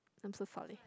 I'm so sorry